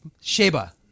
Sheba